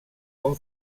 con